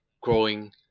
growing